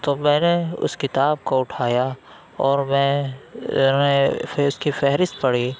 تو میں نے اُس کتاب کو اُٹھایا اور میں میں پھر اُس کی فہرست پڑھی